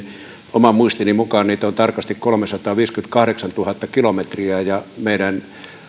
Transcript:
oman muistini mukaan niitä on tarkasti kolmesataaviisikymmentäkahdeksantuhatta kilometriä ja meidän